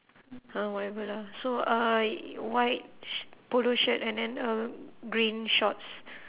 uh whatever lah so uh white sh~ polo shirt and then a green shorts